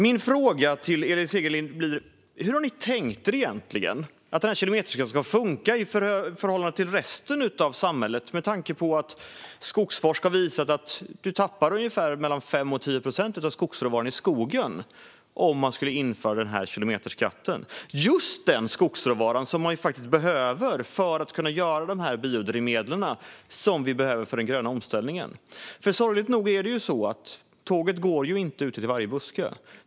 Min fråga till Elin Segerlind är: Hur har ni egentligen tänkt er att den här kilometerskatten ska funka i förhållande till resten av samhället? Skogforsk har visat att man tappar mellan 5 och 10 procent av skogsråvaran i skogen om man inför kilometerskatten. Det är alltså just den skogsråvara man behöver för att kunna göra de här biodrivmedlen som vi behöver för den gröna omställningen. Sorgligt nog går inte tåget ut till varje buske.